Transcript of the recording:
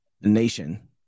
nation